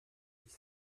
dix